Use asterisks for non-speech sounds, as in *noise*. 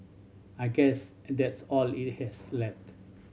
I guess *unintelligible* that's all it has left